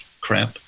crap